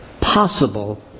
possible